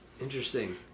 Interesting